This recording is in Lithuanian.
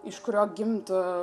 iš kurio gimtų